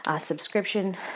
subscription